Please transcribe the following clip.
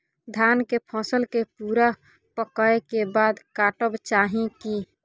धान के फसल के पूरा पकै के बाद काटब चाही की?